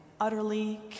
utterly